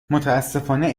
متأسفانه